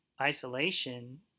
isolation